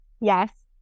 yes